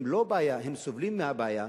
הם לא בעיה, הם סובלים מהבעיה.